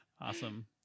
Awesome